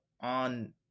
on –